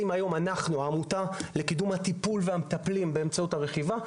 העמותה מתייחסת לקידום הטיפול והמטפלים באמצעות הרכיבה,